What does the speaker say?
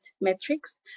metrics